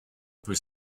peut